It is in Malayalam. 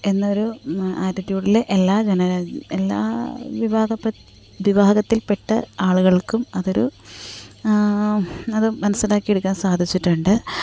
എന്നൊരു ആറ്റിറ്റൂഡിൽ എല്ലാ ജന എല്ലാ വിഭാഗത്തിൽപെട്ട ആള്കൾക്കും അതൊരു അത് മനസ്സിലാക്കി എടുക്കാൻ സാധിച്ചിട്ടുണ്ട്